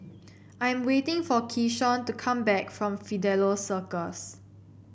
I am waiting for Keyshawn to come back from Fidelio Circus